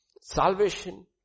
Salvation